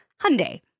Hyundai